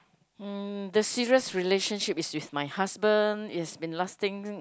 mm the serious relationship is with my husband it's been lasting